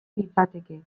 litzateke